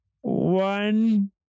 One